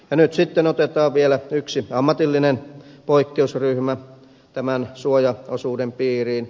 nyt sitten otetaan vielä yksi ammatillinen poikkeusryhmä tämän suojaosuuden piiriin